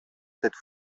cette